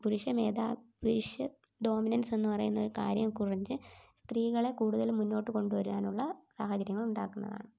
പുരുഷമേധാ പുരുഷ ഡോമിനൻസ് എന്ന് പറയുന്ന ഒരു കാര്യം കുറിച്ച് ഉണ്ട് സ്ത്രീകളെ കൂടുതലും മുന്നോട്ട് കൊണ്ടുവരുവാൻ ഉള്ള സാഹചര്യങ്ങൾ ഉണ്ടാക്കുന്നത് ആണ്